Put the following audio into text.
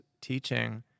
teaching